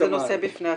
זה נושא בפני עצמו.